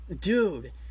dude